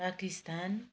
Pakistan